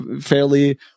fairly